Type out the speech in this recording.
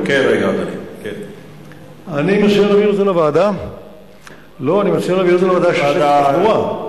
אני מציע להעביר את זה לוועדה שעוסקת בתחבורה.